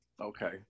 Okay